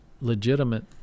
legitimate